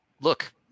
look